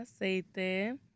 Aceite